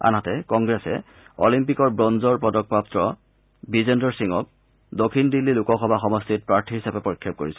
আনহাতে কংগ্ৰেছে অলিম্পিকৰ ব্ৰঞ্জৰ পদকপ্ৰাপু বিজেন্দৰ সিঙক দক্ষিণ দিল্লী লোকসভা সমষ্টিত প্ৰাৰ্থী হিচাপে প্ৰক্ষেপ কৰিছে